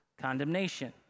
condemnation